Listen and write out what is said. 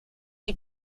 die